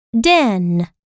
den